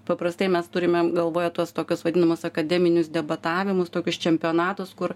paprastai mes turime galvoje tuos tokius vadinamus akademinius debatavimus tokius čempionatus kur